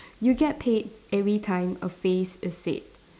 you get paid every time a phrase is said